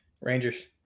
rangers